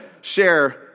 share